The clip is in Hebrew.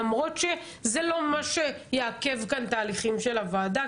למרות שזה לא מה שיעכב כאן תהליכים של הוועדה.